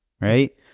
right